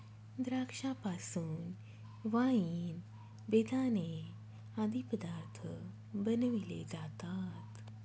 द्राक्षा पासून वाईन, बेदाणे आदी पदार्थ बनविले जातात